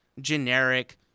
generic